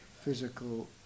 physical